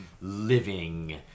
living